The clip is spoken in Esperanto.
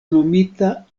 nomita